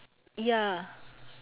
ya